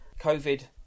COVID